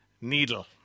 Needle